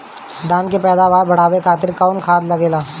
धान के पैदावार बढ़ावे खातिर कौन खाद लागेला?